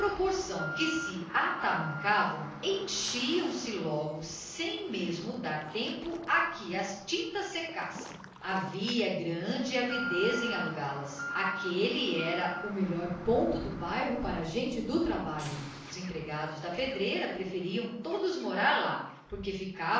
proporção que se atamancavam enchiam se logo sem mesmo dar tempo a que as tintas secassem havia grande avidez em alugá las aquele era o melhor ponto do bairro para a gente do trabalho os empregados da pedreira preferiam todos morar lá porque ficavam